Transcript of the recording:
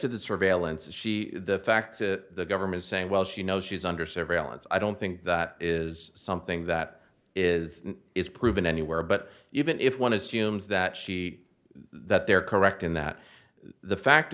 to the surveillance and the fact that government saying well she knows she's under surveillance i don't think that is something that is is proven anywhere but even if one assumes that she that they're correct in that the fact